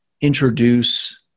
introduce